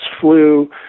flu